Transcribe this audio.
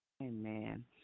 Amen